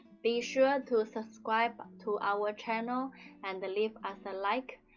be sure to subscribe to our channel and leave us a like.